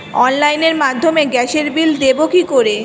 অনলাইনের মাধ্যমে গ্যাসের বিল দেবো কি করে?